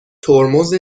ترمز